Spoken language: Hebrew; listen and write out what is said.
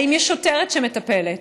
האם יש שוטרת שמטפלת?